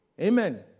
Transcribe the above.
Amen